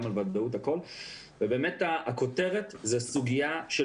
גם על ודאות - ובאמת הכותרת זה סוגיה של